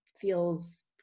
feels